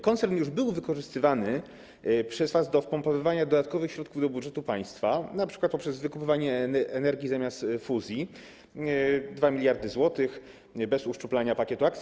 Koncern już był wykorzystywany przez was do wpompowywania dodatkowych środków do budżetu państwa, np. poprzez wykupywanie Energi zamiast fuzji, 2 mld zł, bez uszczuplania pakietu akcji.